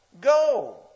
Go